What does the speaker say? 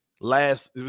last